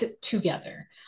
together